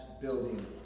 building